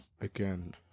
Again